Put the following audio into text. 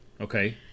Okay